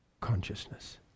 consciousness